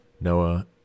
Noah